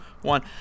one